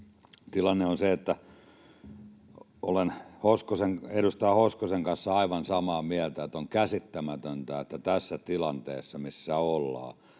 Tilanne on se, että olen edustaja Hoskosen kanssa aivan samaa mieltä, että on käsittämätöntä, että tässä tilanteessa, missä ollaan,